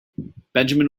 benjamin